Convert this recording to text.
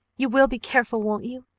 you will be careful, won't you?